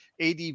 AD